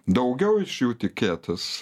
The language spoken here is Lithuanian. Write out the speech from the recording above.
daugiau iš jų tikėtis